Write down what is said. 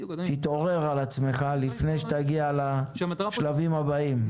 תתעורר על עצמך לפני שתגיע לשלבים הבאים.